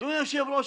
אדוני היושב-ראש,